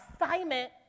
assignment